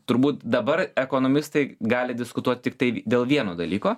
turbūt dabar ekonomistai gali diskutuot tiktai dėl vieno dalyko